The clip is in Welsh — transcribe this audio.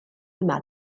yma